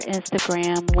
Instagram